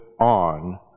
on